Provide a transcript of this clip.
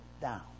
down